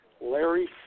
Larry